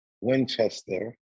Winchester